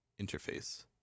interface